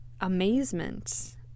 amazement